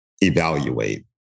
evaluate